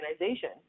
organization